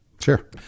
Sure